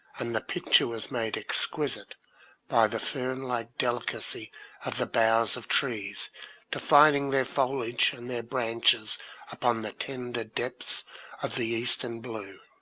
and the picture was made exquisite by the fern-like delicacy of the boughs of trees defining their foliage and their branches upon the tender depths of the eastern blue.